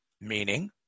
Meaning